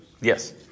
Yes